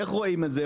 איך רואים את זה?